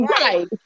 Right